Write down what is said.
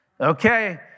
Okay